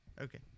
Okay